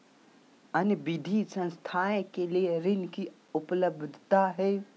अन्य वित्तीय संस्थाएं के लिए ऋण की उपलब्धता है?